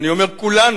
אני אומר כולנו,